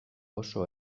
oso